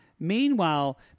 Meanwhile